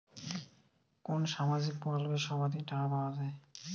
কোন সামাজিক প্রকল্পে সর্বাধিক টাকা পাওয়া য়ায়?